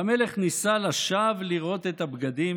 והמלך ניסה לשווא לראות את הבגדים,